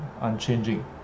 unchanging